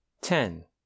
ten